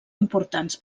importants